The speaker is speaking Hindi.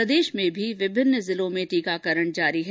प्रदेश में भी विभिन्न जिलों में टीकाकरण जारी है